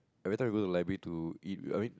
every time we go to the library to eat I mean